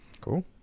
Cool